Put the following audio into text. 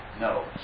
no